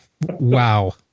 Wow